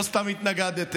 לא סתם התנגדתם.